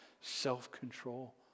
self-control